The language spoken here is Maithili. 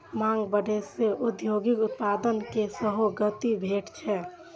मांग बढ़ै सं औद्योगिक उत्पादन कें सेहो गति भेटै छै